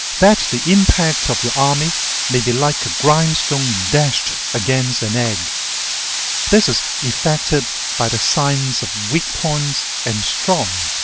that the impact of your army may be like a grindstone dashed against an egg this is effected by the science of weak points and strong.